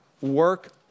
Work